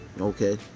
okay